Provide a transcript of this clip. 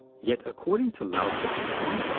yet according to lao-tzu and chuang-tzu,